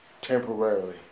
temporarily